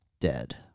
dead